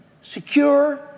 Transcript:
secure